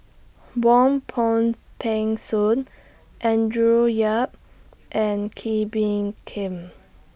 Wong Peng Soon Andrew Yip and Kee Bee Khim